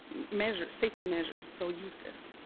measures safety measures, so use this.